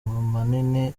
manini